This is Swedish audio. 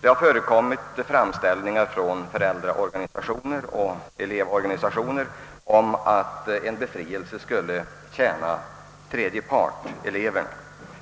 Det har förekommit framställningar från föräldraorganisationer och elevorganisationer, vari det sagts att en befrielse skulle gagna tredje man, d. v. s. eleverna.